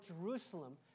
Jerusalem